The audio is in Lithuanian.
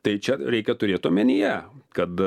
tai čia reikia turėt omenyje kad